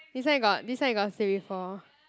this one you got this one you got say before